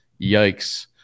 yikes